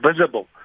visible